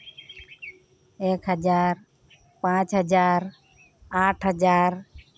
ᱮᱠ ᱦᱟᱡᱟᱨ ᱯᱟᱸᱪ ᱦᱟᱡᱟᱨ ᱟᱴ ᱦᱟᱡᱟᱨ